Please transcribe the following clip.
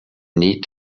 need